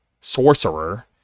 sorcerer